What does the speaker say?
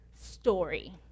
story